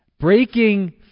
breaking